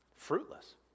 fruitless